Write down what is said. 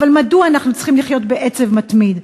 אבל מדוע אנחנו צריכים לחיות בעצב מתמיד?